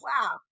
wow